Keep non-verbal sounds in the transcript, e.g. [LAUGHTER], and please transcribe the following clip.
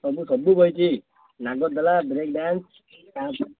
ସବୁ ସବୁ ବସିଛି [UNINTELLIGIBLE] ବ୍ରେକ୍ ଡ୍ୟାନ୍ସ୍